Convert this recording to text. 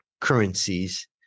currencies